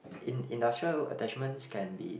in~ industrial attachments can be